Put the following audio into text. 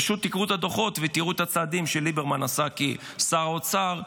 פשוט תקראו את הדוחות ותראו את הצעדים שליברמן עשה כשר האוצר.